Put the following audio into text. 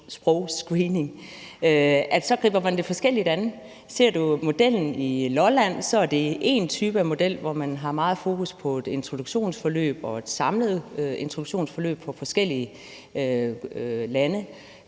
så griber man det forskelligt an. Ser man på modellen i Lolland Kommune, er det én type model, hvor man har meget fokus på et introduktionsforløb, altså et samlet introduktionsforløb for mennesker